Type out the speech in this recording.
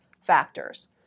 factors